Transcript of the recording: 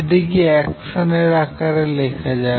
এটিকে অ্যাকশান এর আকারে লেখা যাক